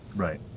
right.